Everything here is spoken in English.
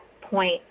point